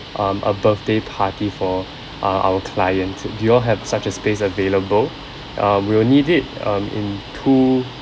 um a birthday party for uh our client do you all have such a space available uh we will need it um in two